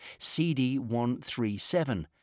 CD137